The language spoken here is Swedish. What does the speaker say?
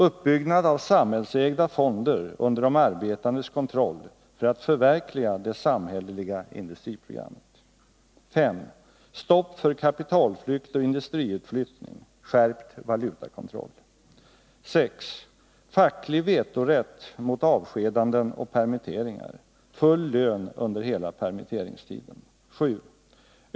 Uppbyggnad av samhällsägda fonder under de arbetandes kontroll för att förverkliga det samhälleliga industriprogrammet. 7.